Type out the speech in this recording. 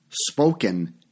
spoken